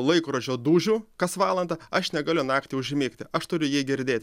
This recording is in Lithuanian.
laikrodžio dūžių kas valandą aš negaliu naktį užmigti aš turiu jie girdėti